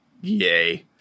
yay